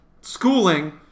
schooling